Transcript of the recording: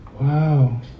Wow